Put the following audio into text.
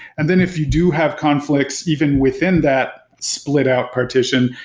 and then if you do have conflicts even within that split out partition,